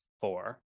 four